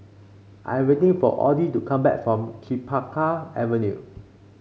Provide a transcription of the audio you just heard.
I am waiting for Oddie to come back from Chempaka Avenue